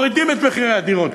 הייתם מורידים את מחירי הדירות,